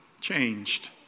changed